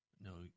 No